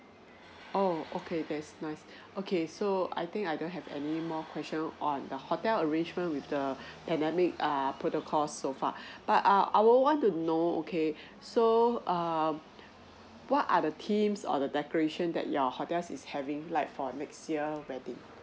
oh okay that's nice okay so I think I don't have any more question on the hotel arrangement with the pandemic err protocols so far but err I would want to know okay so err what are the themes or the decoration that your hotels is having like for next year wedding